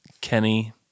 Kenny